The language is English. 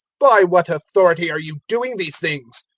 by what authority are you doing these things?